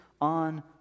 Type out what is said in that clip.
on